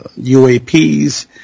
UAPs